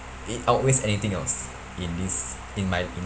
it outweighs anything else in this in my in